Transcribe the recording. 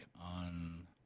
on